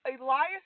Elias